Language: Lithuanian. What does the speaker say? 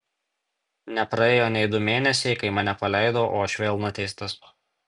nepraėjo nei du mėnesiai kai mane paleido o aš vėl nuteistas